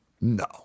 No